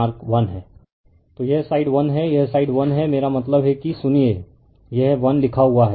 refer slide time 1023 तो यह side 1 है यह साइड 1 है मेरा मतलब है कि सुनिए यह 1 लिखा हुआ है